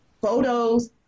Photos